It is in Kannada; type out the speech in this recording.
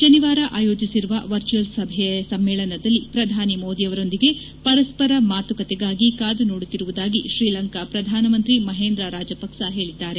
ಶನಿವಾರ ಆಯೋಜಿಸಿರುವ ವರ್ಚುಯಲ್ ಸಮ್ಮೇಳನದಲ್ಲಿ ಪ್ರಧಾನಿ ಮೋದಿಯವರೊಂದಿಗೆ ಪರಸ್ಪರ ಮಾತುಕತೆಗಾಗಿ ಕಾದುನೋದುತ್ತಿರುವುದಾಗಿ ಶ್ರೀಲಂಕಾ ಪ್ರಧಾನಮಂತ್ರಿ ಮಹೇಂದ್ರ ರಾಜಪಕ್ಸ ಹೇಳಿದ್ದಾರೆ